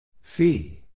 Fee